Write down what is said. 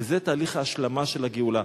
וזה תהליך ההשלמה של הגאולה,